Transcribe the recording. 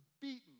beaten